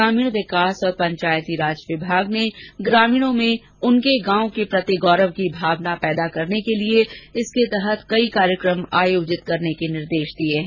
ग्रामीण विकास और पंचायती राज विभाग ने ग्रामीणों में उनके गांव के प्रति गौरव की भावना पैदा करने के लिए इसके तहत कई कार्यक्रम आयोजित करने के निर्देश दिए हैं